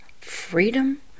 freedom